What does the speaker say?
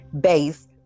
base